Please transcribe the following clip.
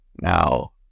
Now